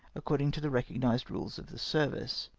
according to the recognised rules of the service.